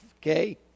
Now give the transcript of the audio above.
okay